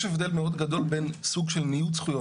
יש הבדל מאוד גדול בין סוג של ניוד זכויות